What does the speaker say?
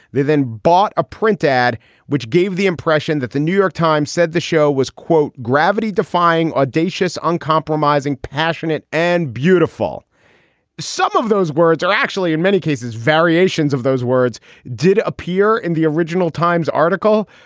they then bought a print ad which gave the impression that the new york times said the show was, quote, gravity defying, audacious, uncompromising, passionate and beautiful some of those words are actually in many cases, variations of those words did appear in the original times article,